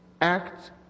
act